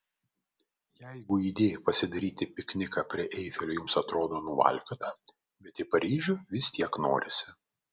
jeigu idėja pasidaryti pikniką prie eifelio jums atrodo nuvalkiota bet į paryžių vis tiek norisi